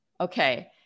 Okay